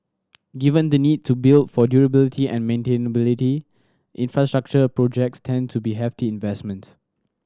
given the need to build for durability and maintainability infrastructure projects tend to be hefty investments